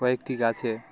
কয়েকটি গাছে